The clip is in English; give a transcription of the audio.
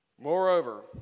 Moreover